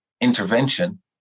intervention